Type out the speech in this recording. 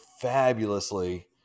fabulously